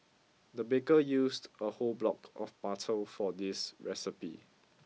the baker used a whole block of butter for this recipe